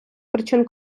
причин